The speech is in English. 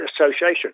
association